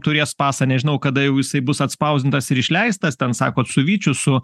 turės pasą nežinau kada jau jisai bus atspausdintas ir išleistas ten sakot su vyčiu su